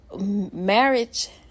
marriage